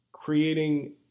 creating